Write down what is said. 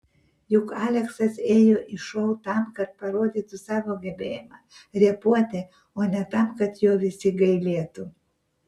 juk aleksas ėjo į šou tam kad parodytų savo gebėjimą repuoti o ne tam kad jo visi gailėtų